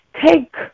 take